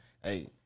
hey